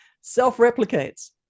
self-replicates